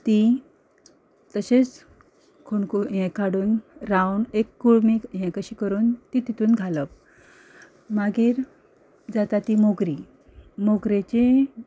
तीं तशेंच फोंडकूल हें काडून रावंड एक कशी करून तीं तितूंत घालप